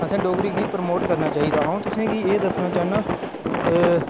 असें डोगरी गी प्रमोट करना चाहिदा अ'ऊं तुसें गी एह् दस्सना चाह्न्नां अ